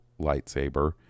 lightsaber